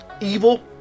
evil